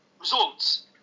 results